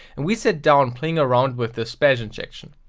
and we sat down playing around with this bash injection.